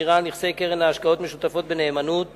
שמירה על נכסי קרן להשקעות משותפות בנאמנות